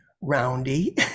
roundy